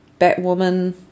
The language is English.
Batwoman